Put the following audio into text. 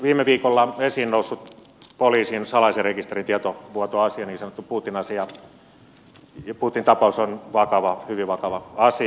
viime viikolla esiin noussut poliisin salaisen rekisterin tietovuotoasia niin sanottu putin tapaus on vakava hyvin vakava asia